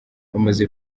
bamaze